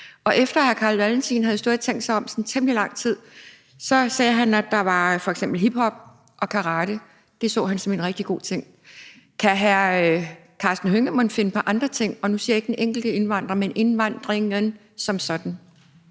Og efter hr. Carl Valentin havde stået og tænkt sig om i temmelig lang tid, sagde han, at der f.eks. var hiphop og karate – det så han som rigtig gode ting. Kan hr. Karsten Hønge mon finde på andre ting? Og nu tænker jeg ikke på den enkelte indvandrer, men indvandringen som sådan.